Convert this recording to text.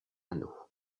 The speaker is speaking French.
anneau